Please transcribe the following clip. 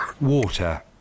Water